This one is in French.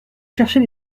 chercher